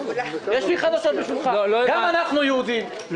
יש לי חדשות בשבילך, גם אנחנו יהודים.